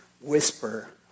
whisper